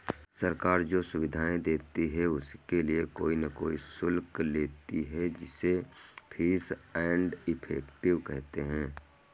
सरकार जो सुविधाएं देती है उनके लिए कोई न कोई शुल्क लेती है जिसे फीस एंड इफेक्टिव कहते हैं